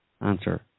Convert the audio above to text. answer